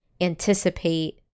anticipate